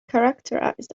characterized